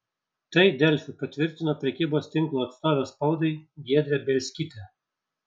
tai delfi patvirtino prekybos tinklo atstovė spaudai giedrė bielskytė